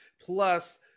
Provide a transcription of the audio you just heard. plus